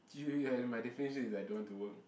my definition is like I don't want to work